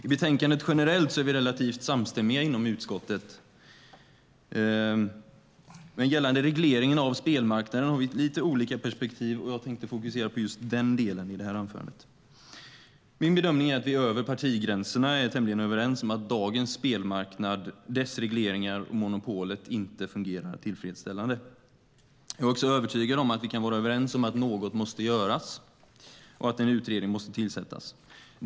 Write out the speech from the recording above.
I betänkandet generellt är vi relativt samstämmiga inom utskottet, men gällande regleringen av spelmarknaden har vi lite olika perspektiv, och jag tänkte fokusera på just den delen i det här anförandet. Min bedömning är att vi över partigränserna är tämligen överens om att dagens spelmarknad, dess regleringar och monopolet inte fungerar tillfredsställande. Jag är också övertygad om att vi kan vara överens om att något måste göras och att en utredning måste tillsättas.